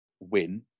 win